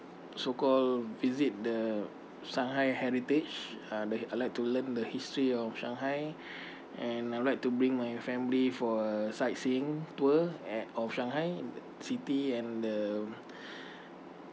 so call visit the shanghai heritage uh I like to learn the history of shanghai and I would like to bring my family for sightseeing tour at of shanghai city and the